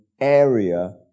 area